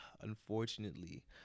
unfortunately